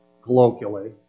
colloquially